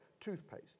toothpaste